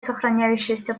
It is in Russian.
сохраняющейся